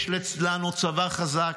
יש לנו צבא חזק.